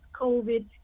COVID